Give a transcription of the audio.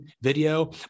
video